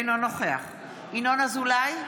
אינו נוכח ינון אזולאי,